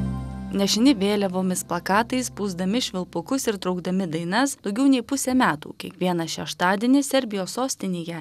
nešini vėliavomis plakatais pūsdami švilpukus ir traukdami dainas daugiau nei pusė metų kiekvieną šeštadienį serbijos sostinėje